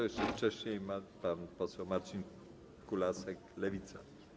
Jeszcze wcześniej pan poseł Marcin Kulasek, Lewica.